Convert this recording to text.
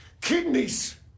Kidneys